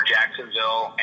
Jacksonville